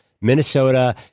Minnesota